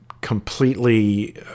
completely